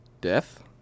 death